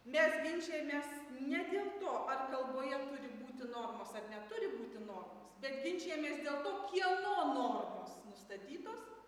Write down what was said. mes ginčijamės ne dėl to ar kalboje turi būti normos ar neturi būti normos bet ginčijamės nustatytosdėl to kieno normos nustatytos